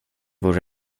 vore